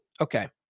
Okay